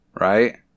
right